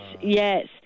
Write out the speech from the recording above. Yes